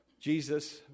Jesus